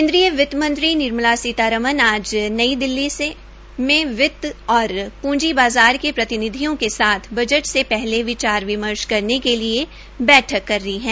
केन्द्रीय वितमंत्री निर्मला सीतारमन आज नई दिल्ली में वित और प्रंजी बाज़ार के प्रतिनिधियों के साथ बजट से पहले विचार विमर्श करने के लिये बैठक कर रही है